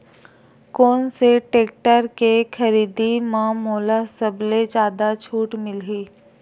कोन से टेक्टर के खरीदी म मोला सबले जादा छुट मिलही?